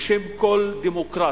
בשם כל דמוקרט,